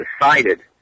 decided